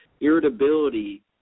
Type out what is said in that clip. Irritability